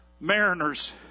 mariners